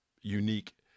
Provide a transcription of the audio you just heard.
unique